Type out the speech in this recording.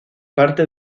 parte